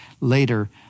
later